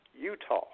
Utah